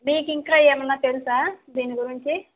నీకు ఇంకా ఏమై తెలుసా దీని గురించి